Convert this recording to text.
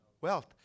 wealth